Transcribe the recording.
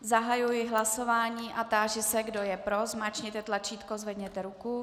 Zahajuji hlasování a táži se, kdo je pro, zmáčkněte tlačítko, zvedněte ruku.